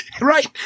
Right